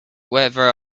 whether